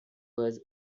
was